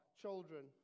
children